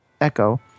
echo